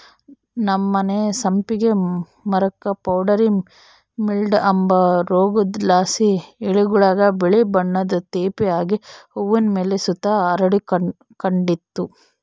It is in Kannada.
ನಮ್ಮನೆ ಸಂಪಿಗೆ ಮರುಕ್ಕ ಪೌಡರಿ ಮಿಲ್ಡ್ವ ಅಂಬ ರೋಗುದ್ಲಾಸಿ ಎಲೆಗುಳಾಗ ಬಿಳೇ ಬಣ್ಣುದ್ ತೇಪೆ ಆಗಿ ಹೂವಿನ್ ಮೇಲೆ ಸುತ ಹರಡಿಕಂಡಿತ್ತು